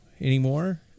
anymore